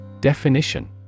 Definition